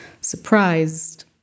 surprised